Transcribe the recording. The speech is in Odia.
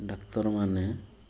ଡାକ୍ତରମାନେ